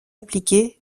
appliquées